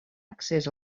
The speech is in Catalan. accés